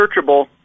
searchable